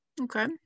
Okay